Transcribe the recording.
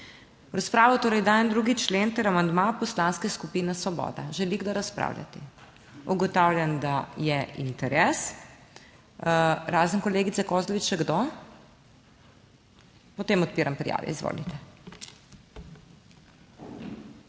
V razpravo torej dajem 2. člen ter amandma Poslanske skupine Svoboda. Želi kdo razpravljati? Ugotavljam, da je interes, razen kolegice Kozlovič še kdo? Potem odpiram prijave, izvolite.